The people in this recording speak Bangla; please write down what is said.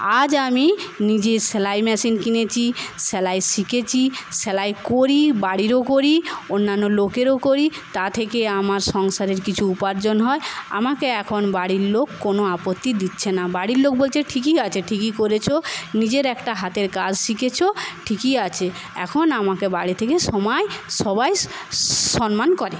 আজ আমি নিজে সেলাই মেশিন কিনেছি সেলাই শিখেছি সেলাই করি বাড়িরও করি অন্যান্য লোকেরও করি তা থেকে আমার সংসারের কিছু উপার্জন হয় আমাকে এখন বাড়ির লোক কোনো আপত্তি দিচ্ছে না বাড়ির লোক বলছে ঠিকই আছে ঠিকই করেছ নিজের একটা হাতের কাজ শিখেছ ঠিকই আছে এখন আমাকে বাড়ি থেকে সবাই সবাই সম্মান করে